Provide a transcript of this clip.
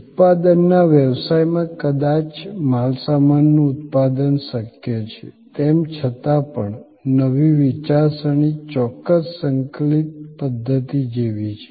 ઉત્પાદનના વ્યવસાયમાં કદાચ માલસામાનનું ઉત્પાદન શક્ય છે તેમ છતાં પણ નવી વિચારસરણી ચોક્કસ સંકલિત પધ્ધતિ જેવી છે